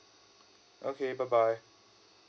okay bye bye